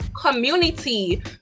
community